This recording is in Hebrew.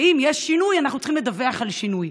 ואם יש שינוי אנחנו צריכים לדווח על שינוי.